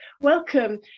welcome